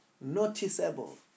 noticeable